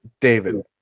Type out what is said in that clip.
David